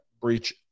breach